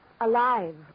Alive